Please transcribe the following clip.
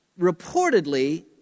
reportedly